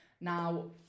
Now